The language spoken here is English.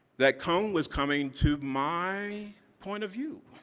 that cone was coming to my point of view.